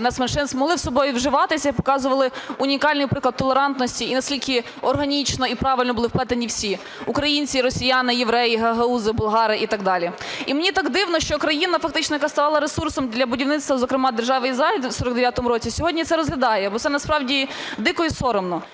нацменшин, могли з собою вживатися і показували унікальний приклад толерантності і наскільки органічно і правильно були вплетені всі: українці, росіяни, євреї, гагаузи, болгари і так далі. І мені так дивно, що країна фактично, яка стала ресурсом для будівництва, зокрема Держави Ізраїль в 49-му році, сьогодні це розглядає. Бо це насправді дико і соромно.